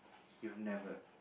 you've never